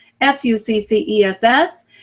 S-U-C-C-E-S-S